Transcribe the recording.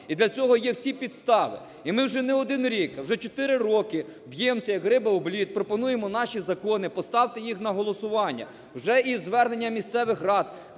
І для цього є всі підстави. І ми вже не один рік, вже чотири роки б'ємося, як риба об лід, пропонуємо наші закони. Поставте їх на голосування. Вже є звернення місцевих рад,